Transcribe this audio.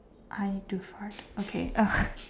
I need to fart okay